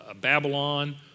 Babylon